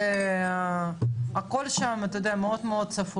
הכול שם צפוף מאוד.